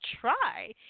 try